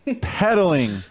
Pedaling